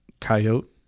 coyote